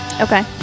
Okay